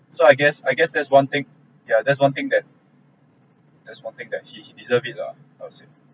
so I guess I guess that's one thing yeah that's one thing that's one thing that he he deserve lah I would say